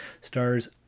stars